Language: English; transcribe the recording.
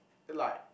like